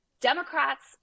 Democrats